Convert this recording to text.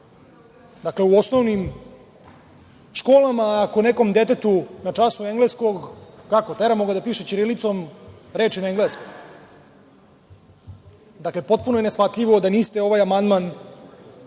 Dakle, u osnovnim školama, ako nekom detetu na času engleskog, kako, teramo ga da piše ćirilicom reči na engleskom. Dakle, potpuno je neshvatljivo da niste ovaj amandman…Da